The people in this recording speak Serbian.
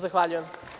Zahvaljujem.